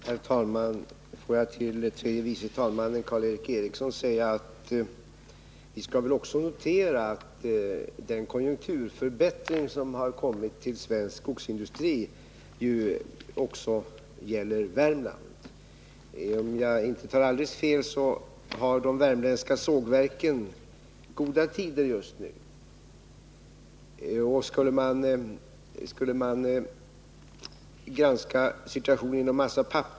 Herr talman! Får jag till tredje vice talmannen Karl Erik Eriksson säga att vi väl bör notera att den konjunkturförbättring som kommit till svensk skogsindustri också gäller Värmland. Om jag inte tar alldeles fel har de värmländska sågverken goda tider just nu. Det är klart att det finns problem inom massa och papper.